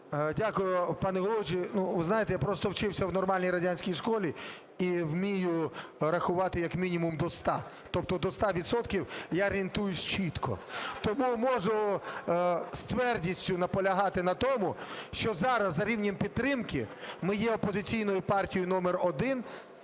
Дякую, пане Голово. Ви знаєте, я просто вчився в нормальній радянській школі і вмію рахувати як мінімум до ста. Тобто до ста відсотків я орієнтуюсь чітко. Тому можу з твердістю наполягати на тому, що зараз за рівнем підтримки ми є опозиційною партією номер один,